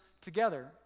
together